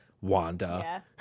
Wanda